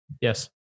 Yes